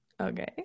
okay